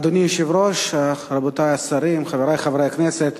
אדוני היושב-ראש, רבותי השרים, חברי חברי הכנסת,